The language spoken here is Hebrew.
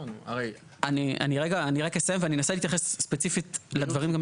אני רק אסיים ואני אנסה להתייחס ספציפית לדברים.